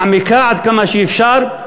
מעמיקה עד כמה שאפשר,